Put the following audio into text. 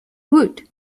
would